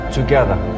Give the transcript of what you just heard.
Together